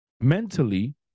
Mentally